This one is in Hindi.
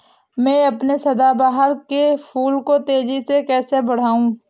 मैं अपने सदाबहार के फूल को तेजी से कैसे बढाऊं?